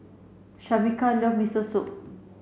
Shameka love Miso Soup